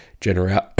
general